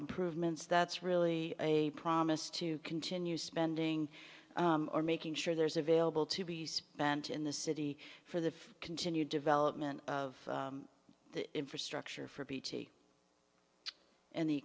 improvements that's really a promise to continue spending or making sure there's available to be spent in the city for the continued development of the infrastructure for p t and the